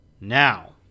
now